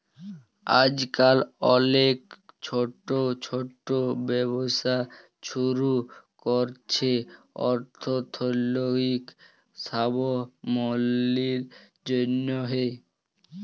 আইজকাল অলেক ছট ছট ব্যবসা ছুরু ক্যরছে অথ্থলৈতিক সাবলম্বীর জ্যনহে